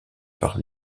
par